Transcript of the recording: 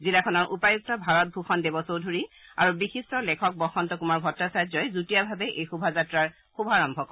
জিলাখনৰ উপায়ুক্ত ভাৰত ভূষণ দেৱ চৌধুৰী আৰু বিশিষ্ট লেখক বসন্ত কুমাৰ ভট্টাচাৰ্যই যুটীয়াভাৱে এই শোভাযাত্ৰাৰ শুভাৰম্ভ কৰে